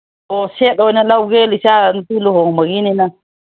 ꯑꯣ ꯁꯦꯠ ꯑꯣꯏꯅ ꯂꯧꯒꯦ ꯏꯆꯥ ꯅꯨꯄꯤ ꯂꯨꯍꯣꯡꯕꯒꯤꯅꯤꯅ